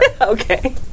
Okay